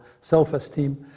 self-esteem